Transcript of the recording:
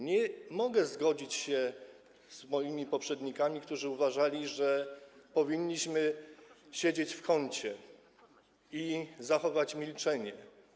Nie mogę zgodzić się z moimi poprzednikami, którzy uważali, że powinniśmy siedzieć w kącie i zachować milczenie.